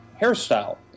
hairstyle